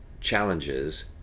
challenges